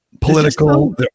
political